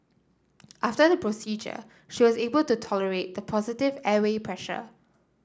after the procedure she was able to tolerate the positive airway pressure